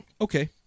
okay